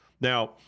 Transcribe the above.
Now